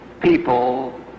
people